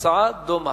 הצעה דומה.